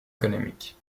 économique